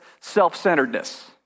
self-centeredness